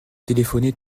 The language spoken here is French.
téléphoner